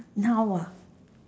noun ah